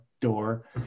door